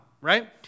right